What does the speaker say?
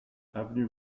avenue